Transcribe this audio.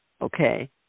okay